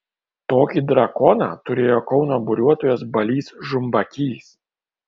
tokį drakoną turėjo kauno buriuotojas balys žumbakys